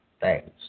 thanks